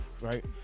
right